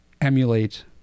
emulate